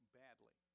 badly